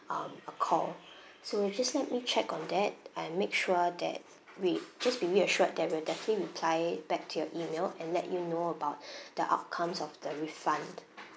um a call so just let me check on that and make sure that we just be reassured that we'll definitely reply back to your email and let you know about the outcomes of the refund